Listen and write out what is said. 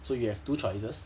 so you have two choices